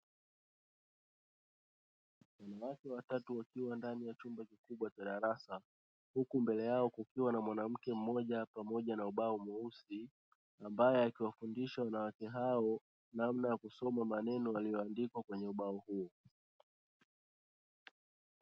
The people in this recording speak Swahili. Watu watatu wakiwa ndani ya chumba kikubwa cha darasa, huku mbele yao kukiwa na mwanamke mmoja pamoja na ubao mweusi, ambaye akiwafundisha wanawake hao namna ya kusoma maneno yaliyo andikwa kwenye ubao huo